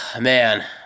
man